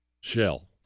Shell